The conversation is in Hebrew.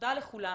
תודה לכולם.